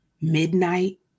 midnight